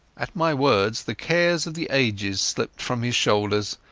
at my words the cares of the ages slipped from his shoulders,